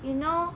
you know